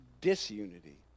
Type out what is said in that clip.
disunity